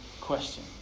question